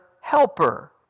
helper